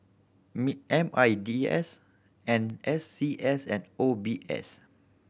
M I D S N S C S and O B S